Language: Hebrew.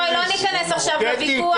לא ניכנס עכשיו לוויכוח,